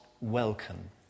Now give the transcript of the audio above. welcome